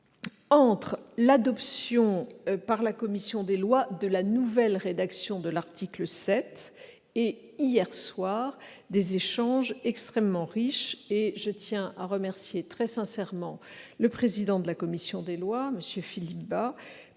entre l'adoption par la commission des lois de la nouvelle rédaction de l'article 7 et hier soir, des échanges extrêmement riches. À cet égard, je tiens à remercier très sincèrement le président de la commission des lois pour la